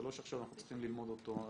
זה לא שאנחנו צריכים ללמוד אותו מההתחלה.